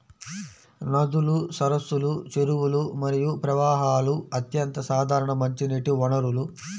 నదులు, సరస్సులు, చెరువులు మరియు ప్రవాహాలు అత్యంత సాధారణ మంచినీటి వనరులు